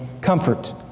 comfort